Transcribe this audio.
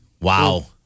Wow